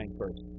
first